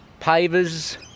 pavers